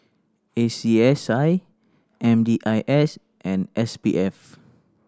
A C S I M D I S and S P F